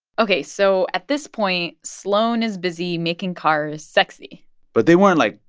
ok. so at this point, sloan is busy making cars sexy but they weren't, like,